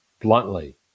bluntly